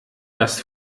das